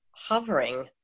hovering